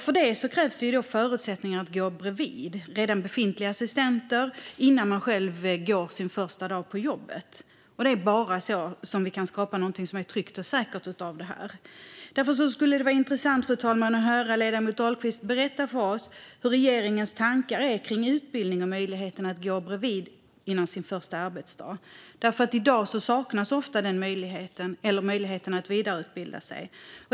För detta krävs förutsättningar att gå bredvid befintliga assistenter innan man går sin första dag på jobbet; det är bara så vi kan skapa någonting som är tryggt och säkert av det här. Därför skulle det vara intressant, fru talman, att höra ledamoten Dahlqvist berätta om regeringens tankar kring utbildning och möjligheten att gå bredvid innan man gör sin första arbetsdag. I dag saknas ofta den möjligheten eller möjligheten att vidareutbilda sig.